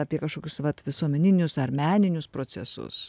apie kažkokius vat visuomeninius ar meninius procesus